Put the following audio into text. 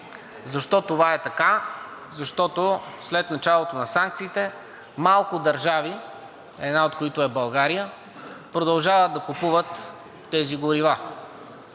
Защо това е така? Защото след началото на санкциите малко държави, една от които е България, продължават да купуват тези горива.